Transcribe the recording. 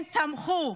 הם תמכו,